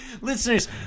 Listeners